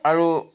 আৰু